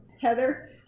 Heather